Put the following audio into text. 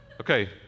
Okay